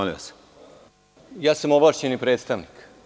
Ja sam ovlašćeni predstavnik.